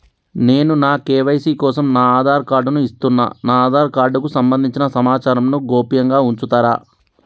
నేను నా కే.వై.సీ కోసం నా ఆధార్ కార్డు ను ఇస్తున్నా నా ఆధార్ కార్డుకు సంబంధించిన సమాచారంను గోప్యంగా ఉంచుతరా?